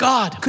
God